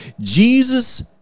Jesus